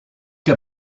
que